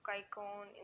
icon